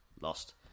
lost